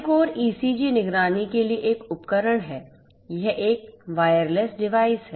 QardioCore ECG निगरानी के लिए एक उपकरण है यह एक वायरलेस डिवाइस है